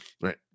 right